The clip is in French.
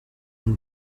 une